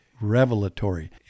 revelatory